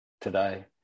today